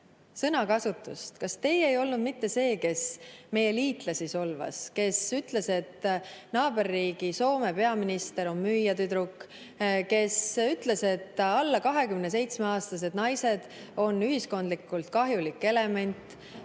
sõnakasutust. Kas teie ei olnud mitte see, kes meie liitlasi solvas; kes ütles, et naaberriigi Soome peaminister on müüjatüdruk; kes ütles, et alla 27-aastased naised on ühiskondlikult kahjulik element;